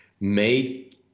made